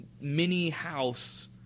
mini-house